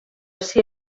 ser